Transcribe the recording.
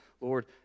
Lord